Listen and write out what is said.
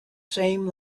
same